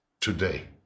today